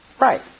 Right